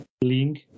link